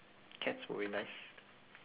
cats will be nice